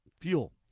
fuel